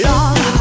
Love